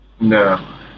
no